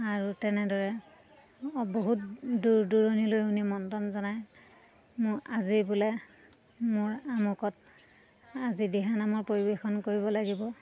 আৰু তেনেদৰে বহুত দূৰ দূৰণিলৈ নিমন্ত্ৰণ জনাই মোৰ আজি বোলে মোৰ আমুকত আজি দিহানামৰ পৰিৱেশন কৰিব লাগিব